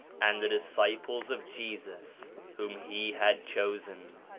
and the disciples of jesus, whom he had chosen,